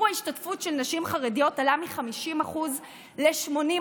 ההשתתפות של נשים חרדיות עלה מ-50% ל-80%.